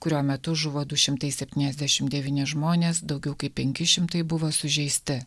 kurio metu žuvo du šimtai septyniasdešim devyni žmonės daugiau kaip penki šimtai buvo sužeisti